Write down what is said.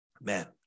Man